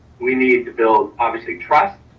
we need to build obviously trust,